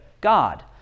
God